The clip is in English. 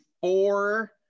four